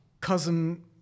cousin